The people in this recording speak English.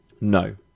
no